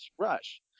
rush